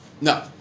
no